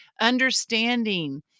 understanding